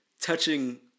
touching